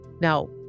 Now